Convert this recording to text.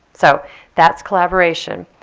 so that's collaboration.